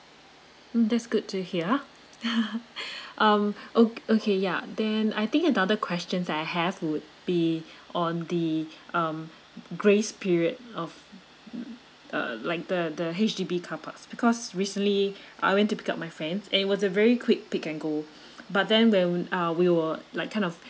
mm that's good to hear um o~ okay ya then I think another questions I have would be on the um grace period of uh like the the H_D_B carparks because recently I went to pick up my friends and it was a very quick pick and go but then when uh we were like kind of